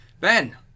ben